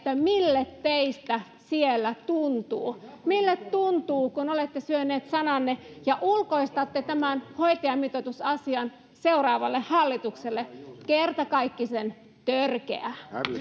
mille teistä siellä tuntuu mille tuntuu kun olette syöneet sananne ja ulkoistatte tämän hoitajamitoitusasian seuraavalle hallitukselle kertakaikkisen törkeää